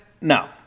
No